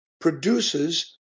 produces